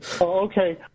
okay